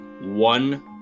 One